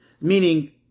meaning